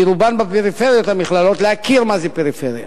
כי רובן בפריפריות, המכללות, להכיר מה זה פריפריה.